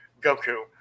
Goku